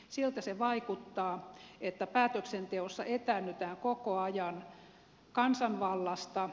siltä se vaikuttaa että päätöksenteossa etäännytään koko ajan kansanvallasta